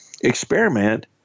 experiment